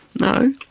No